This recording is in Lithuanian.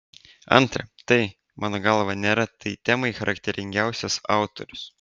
antra tai mano galva nėra tai temai charakteringiausias autorius